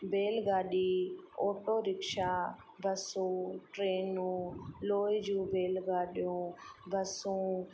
बेलगाॾी auto rickshaw बसूं ट्रेनूं लोहे जूं रेल गाॾियूं बसूं